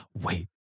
Wait